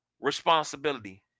responsibility